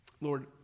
Lord